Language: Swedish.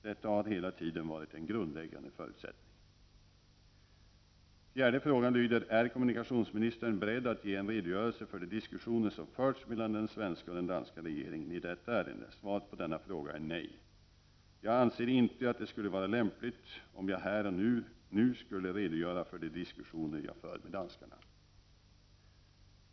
Detta har hela tiden varit en grundläggande förutsättning. Fjärde frågan lyder: Är kommunikationsministern beredd att ge en redogörelse för de diskussioner som förts mellan den svenska och den danska regeringen i detta ärende? Svaret på denna fråga är nej. Jag anser inte att det skulle vara lämpligt om jag här och nu skulle redogöra för de diskussioner jag för med danskarna.